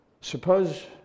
suppose